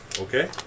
Okay